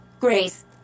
Grace